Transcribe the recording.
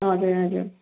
हजुर हजुर